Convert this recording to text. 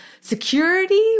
Security